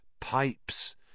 Pipes